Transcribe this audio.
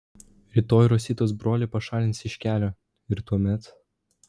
rytoj rositos brolį pašalins iš kelio ir tuomet